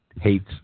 hates